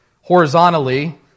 horizontally